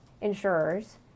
insurers